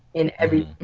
in everything.